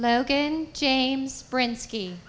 logan james brant ski